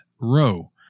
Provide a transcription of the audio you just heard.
Row